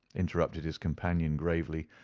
interrupted his companion gravely,